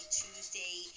tuesday